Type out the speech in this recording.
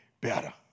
better